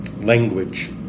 language